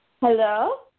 Hello